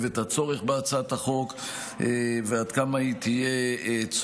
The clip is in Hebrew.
את הצורך בהצעת החוק ועד כמה היא צודקת.